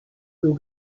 will